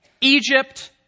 Egypt